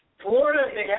Florida